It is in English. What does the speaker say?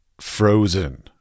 frozen